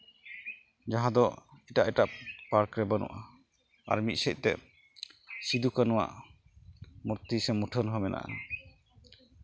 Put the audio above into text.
ᱡᱟᱦᱟᱸ ᱫᱚ ᱮᱴᱟᱜ ᱮᱴᱟᱜ ᱯᱟᱨᱠ ᱨᱮ ᱵᱟᱹᱱᱩᱜᱼᱟ ᱟᱨ ᱢᱤᱫ ᱥᱮᱫ ᱛᱮ ᱥᱤᱫᱩᱼᱠᱟᱹᱱᱩᱣᱟᱜ ᱢᱩᱨᱛᱤ ᱥᱮ ᱢᱩᱴᱷᱟᱹᱱ ᱦᱚᱸ ᱢᱮᱱᱟᱜᱼᱟ